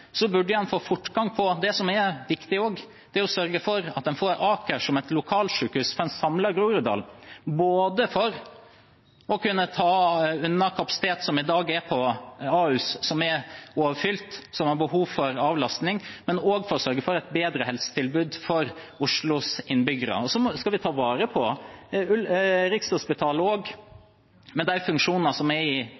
burde en få fortgang på det som også er viktig: å sørge for et en får Aker som et lokalsykehus for et samlet Groruddalen, både for å kunne ta unna kapasitet som i dag er på Ahus, som er overfylt og har behov for avlastning, men også for å sørge for et bedre helsetilbud for Oslos innbyggere. Vi skal også ta vare på